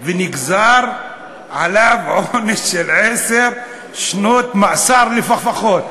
ונגזר עליו עונש של עשר שנות מאסר לפחות.